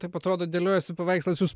taip atrodo dėliojasi paveikslas jūs